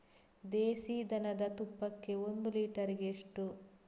ದೇಸಿ ದನದ ತುಪ್ಪಕ್ಕೆ ಒಂದು ಲೀಟರ್ಗೆ ಎಷ್ಟು?